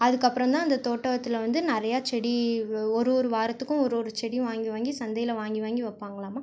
அதுக்கப்புறம் தான் அந்த தோட்டத்தில் வந்து நிறையா செடி ஒரு ஒரு வாரத்துக்கும் ஒரு ஒரு செடி வாங்கி வாங்கி சந்தையில் வாங்கி வாங்கி வைப்பாங்களாமா